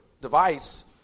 device